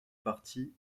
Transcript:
parti